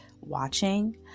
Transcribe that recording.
watching